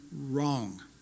wrong